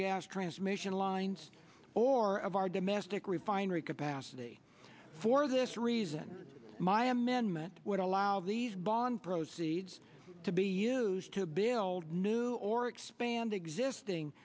gas transmission lines or of our domestic refinery capacity for this reason my amendment would allow these bond proceeds to be used to build new or expand existing